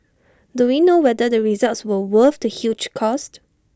do we know whether the results were worth the huge cost